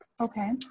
Okay